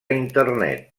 internet